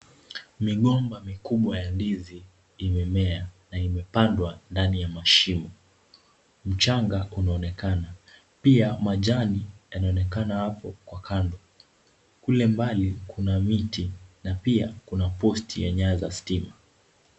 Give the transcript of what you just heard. Migomba mikubwa ya ndizi imemea na imepandwa ndani ya mashimo .Mchanga unaonekana pia majani yanaonekana hapo kwa kando, kule mbali kuna mti na pia kuna posti ya nyaya za stima.